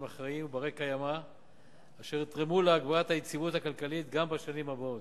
אחראיים ובני-קיימא אשר יתרמו להגברת היציבות הכלכלית גם בשנים הבאות.